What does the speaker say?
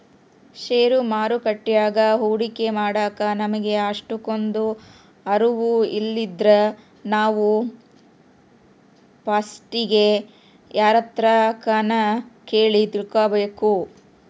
ಷೇರು ಮಾರುಕಟ್ಯಾಗ ಹೂಡಿಕೆ ಮಾಡಾಕ ನಮಿಗೆ ಅಷ್ಟಕೊಂದು ಅರುವು ಇಲ್ಲಿದ್ರ ನಾವು ಪಸ್ಟಿಗೆ ಯಾರ್ತಕನ ಕೇಳಿ ತಿಳ್ಕಬಕು